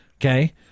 Okay